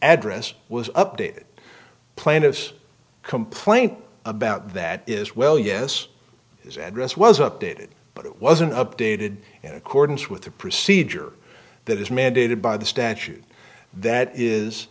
address was updated plaintiff's complaint about that is well yes his address was updated but it wasn't updated in accordance with the procedure that is mandated by the statute that is